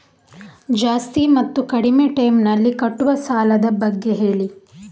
ಜಾಸ್ತಿ ಮತ್ತು ಕಡಿಮೆ ಟೈಮ್ ನಲ್ಲಿ ಕಟ್ಟುವ ಸಾಲದ ಬಗ್ಗೆ ಹೇಳಿ